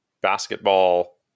basketball